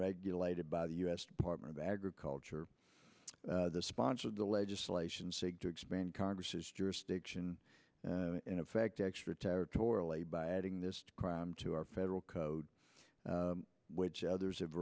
regulated by the u s department of agriculture the sponsor of the legislation seek to expand congress's jurisdiction in effect extraterritorial a by adding this crime to our federal code which others have